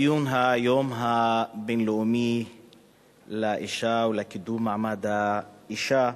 ציון היום הבין-לאומי לאשה ולקידום מעמד האשה,